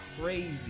crazy